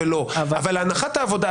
אבל הנחת העבודה,